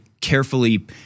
carefully